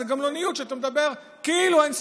זו גמלוניות כשאתה מדבר כאילו אין סיטואציה.